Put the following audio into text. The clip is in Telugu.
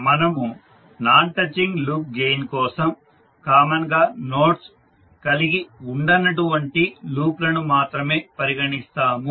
మనము నాన్ టచింగ్ లూప్ గెయిన్ కోసం కామన్ గా నోడ్స్ కలిగి ఉండనటువంటి లూప్లను మాత్రమే పరిగణిస్తాము